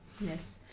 Yes